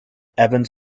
evans